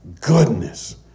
goodness